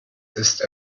ist